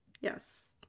Yes